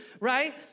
right